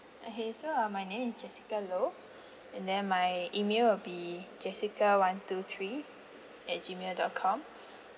okay so uh my name is jessica low and then my email will be jessica one two three at G mail dot com